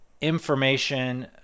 information